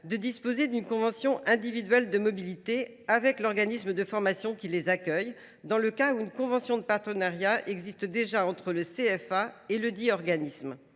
de conclure une convention individuelle de mobilité avec l’organisme de formation qui les accueille, dès lors qu’une convention de partenariat existe entre le CFA et ledit organisme.